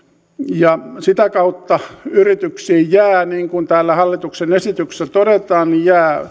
ja sitä kautta yrityksiin jää niin kuin täällä hallituksen esityksessä todetaan